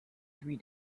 three